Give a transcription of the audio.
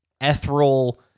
ethereal